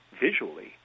visually